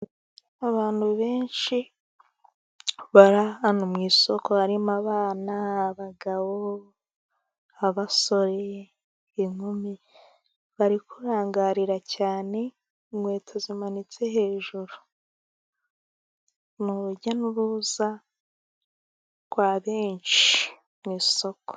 Abantu benshi bari ahantu mu isoko harimo abana, abagabo, abasore, inkumi bari kurangarira cyane inkweto zimanitse hejuru. Ni urujya n'uruza rwa benshi, mu isoko.